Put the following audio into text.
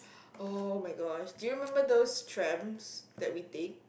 oh-my-gosh do you remember those trams that we take